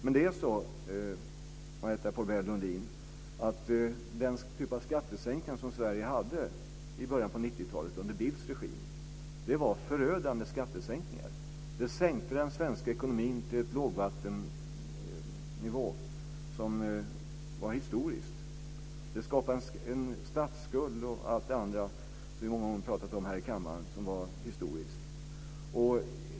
Det är så, Marietta de Pourbaix-Lundin, att den typ av skattesänkningar som Sverige hade i början av 90-talet under Bildts regim var förödande. De sänkte den svenska ekonomin till en lågvattennivå som var historisk. De skapade en statsskuld och allt det andra som vi många gånger har pratat om här i kammaren, som var historiskt.